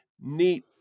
neat